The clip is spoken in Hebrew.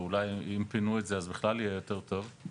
ואולי אם פינו את זה אז בכלל יהיה יותר טוב,